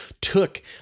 took